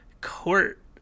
court